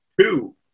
two